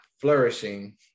flourishing